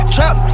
Trap